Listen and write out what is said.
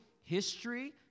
history